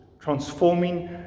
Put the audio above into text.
transforming